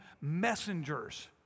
messengers